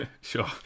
Sure